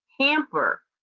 hamper